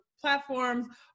platforms